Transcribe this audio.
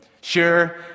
Sure